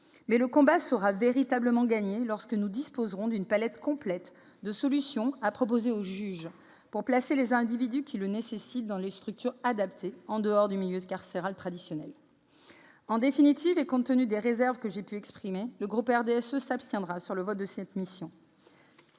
Mais le combat sera véritablement gagné lorsque nous disposerons d'une palette complète de solutions à proposer au juge pour placer les individus qui le nécessitent dans les structures adaptées en dehors du milieu carcéral traditionnel. En définitive, et compte tenu des réserves que j'ai pu exprimer, le groupe du RDSE s'abstiendra lors du vote de cette mission.